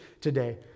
today